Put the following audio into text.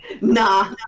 Nah